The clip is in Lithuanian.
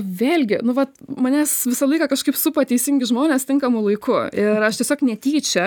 vėlgi nu vat manęs visą laiką kažkaip supa teisingi žmonės tinkamu laiku ir aš tiesiog netyčia